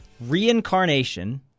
reincarnation